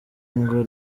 ngo